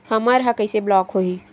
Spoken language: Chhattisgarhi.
हमर ह कइसे ब्लॉक होही?